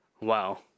Wow